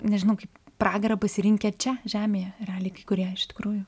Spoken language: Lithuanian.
nežinau kaip pragarą pasirinkę čia žemėje realiai kai kurie iš tikrųjų